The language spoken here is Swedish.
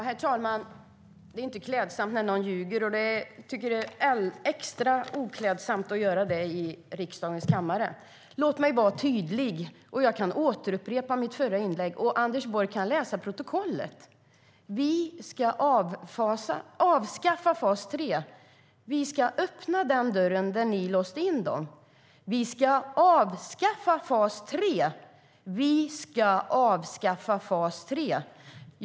Herr talman! Det är inte klädsamt när någon ljuger. Jag tycker att det är extra oklädsamt att göra det i riksdagens kammare. Låt mig vara tydlig. Jag kan upprepa vad jag sade i mitt förra inlägg. Anders Borg kan också läsa protokollet. Vi ska avskaffa fas 3. Vi ska öppna dörren till fas 3 där ni har låst in människor. Vi ska avskaffa fas 3.